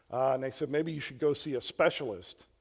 and they said, maybe you should go see a specialist.